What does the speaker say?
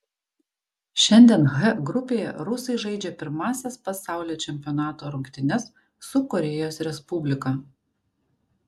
šiandien h grupėje rusai žaidžia pirmąsias pasaulio čempionato rungtynes su korėjos respublika